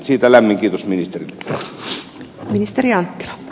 siitä lämmin kiitos ministerille